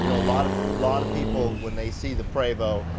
you know lot of lot of people when they see the prevost,